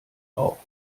auch